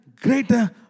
greater